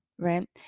right